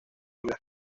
islas